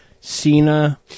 Cena